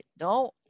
No